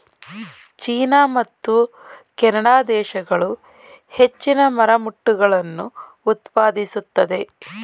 China ಮತ್ತು Canada ದೇಶಗಳು ಹೆಚ್ಚಿನ ಮರಮುಟ್ಟುಗಳನ್ನು ಉತ್ಪಾದಿಸುತ್ತದೆ